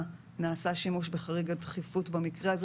נעשה שימוש בחריג הדחיפות במקרה הזה.